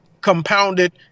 compounded